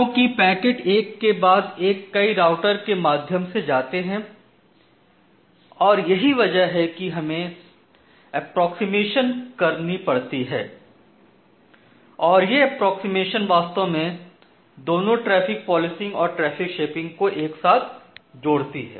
क्योंकि पैकेट एक के बाद एक कई राउटर के माध्यम से जाते है और यही वजह है कि हमें अप्रॉक्समेशन करनी पड़ती है और यह अप्रॉक्समेशन वास्तव में दोनों ट्रैफिक पोलिसिंग और ट्रैफिक शेपिंग को एक साथ जोड़ती है